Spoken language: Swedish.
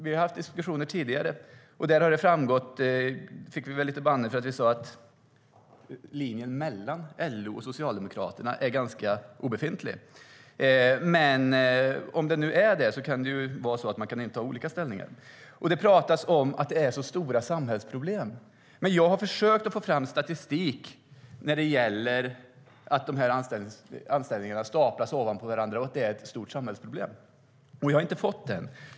Vi har haft diskussioner tidigare där vi fått lite bannor för att ha sagt att linjen mellan LO och Socialdemokraterna är i det närmaste obefintlig. Men om det nu är på det sättet kan man inta olika ställningar. Det pratas om att det är så stora samhällsproblem. Jag har försökt få fram statistik till stöd för uppfattningen att det är ett stort samhällsproblem att anställningar staplas ovanpå varandra, men jag har inte hittat någon sådan.